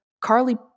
Carly